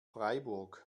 freiburg